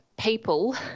people